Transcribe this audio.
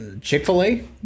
Chick-fil-A